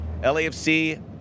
LAFC